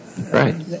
Right